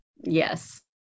Yes